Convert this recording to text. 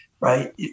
right